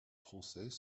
français